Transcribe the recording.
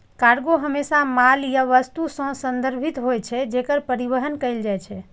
cargo हमेशा माल या वस्तु सं संदर्भित होइ छै, जेकर परिवहन कैल जाइ छै